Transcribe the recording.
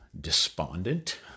despondent